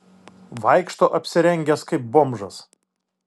vaikšto apsirengęs kaip bomžas